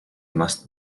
must